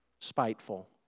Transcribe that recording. spiteful